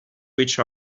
which